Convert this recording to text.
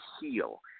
heal